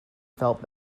felt